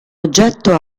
oggetto